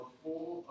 full